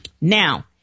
Now